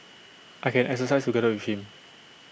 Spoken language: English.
I can exercise together with him